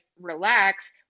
relax